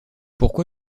pourquoi